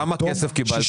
כמה כסף קיבלתם?